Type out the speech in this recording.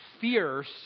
fierce